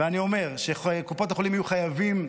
אני אומר שקופות החולים יהיו חייבות